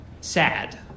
sad